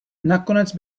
nakonec